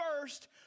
first